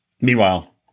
Meanwhile